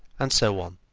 and so on.